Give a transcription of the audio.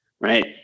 right